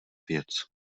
věc